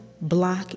block